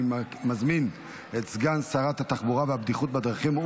אני מזמין את סגן שרת התחבורה והבטיחות בדרכים,